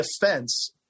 defense